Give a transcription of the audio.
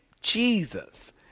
Jesus